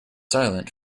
silent